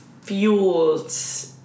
fuels